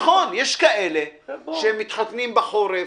יש מי שמתחתנים בחורף,